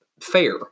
fair